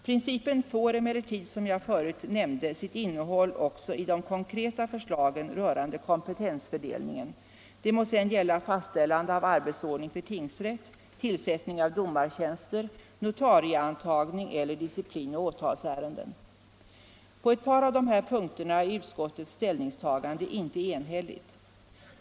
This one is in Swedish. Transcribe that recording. Principen får emellertid, som jag förut nämnde, sitt innehåll också i de konkreta förslagen rörande kompetensfördelningen, det må gälla fastställande av arbetsordning för tingsrätt, tillsättning av domartjänster, notarieantagning eller disciplinoch åtalsärenden. På ett par av dessa punkter är utskottets ställningstagande inte enhälligt.